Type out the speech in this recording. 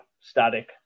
static